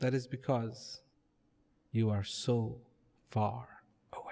that is because you are so far